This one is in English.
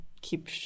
keep